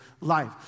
life